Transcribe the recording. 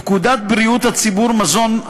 פקודת בריאות הציבור (מזון)